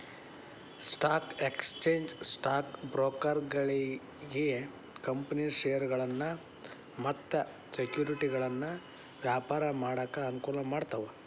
stock exchange stock ಬ್ರೋಕರ್ಗಳಿಗಿ company ಷೇರಗಳನ್ನ ಮತ್ತ ಸೆಕ್ಯುರಿಟಿಗಳನ್ನ ವ್ಯಾಪಾರ ಮಾಡಾಕ ಅನುಕೂಲ ಮಾಡ್ತಾವ